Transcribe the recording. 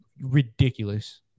ridiculous